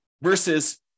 Versus